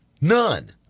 None